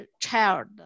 child